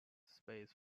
space